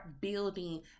building